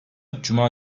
cuma